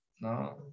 No